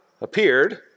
appeared